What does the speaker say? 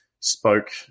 spoke